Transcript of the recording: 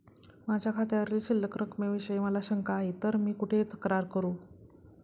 माझ्या खात्यावरील शिल्लक रकमेविषयी मला शंका आहे तर मी कुठे तक्रार करू?